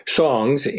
songs